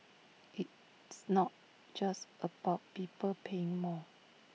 it's not just about people paying more